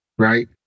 right